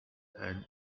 and